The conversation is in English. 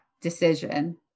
decision